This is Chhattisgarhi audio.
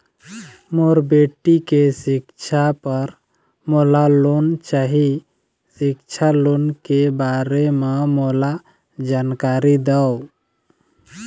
मोर बेटी के सिक्छा पर मोला लोन चाही सिक्छा लोन के बारे म मोला जानकारी देव?